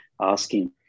asking